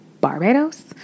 Barbados